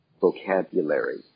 vocabulary